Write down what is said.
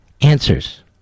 Answers